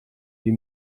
die